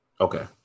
Okay